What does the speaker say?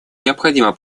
необходимо